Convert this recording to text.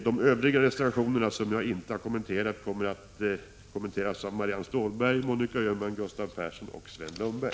De övriga reservationerna, som jag inte har kommenterat, kommer att behandlas av Marianne Stålberg, Monica Öhman, Gustav Persson och Sven Lundberg.